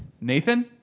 Nathan